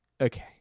okay